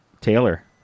taylor